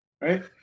Right